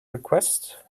request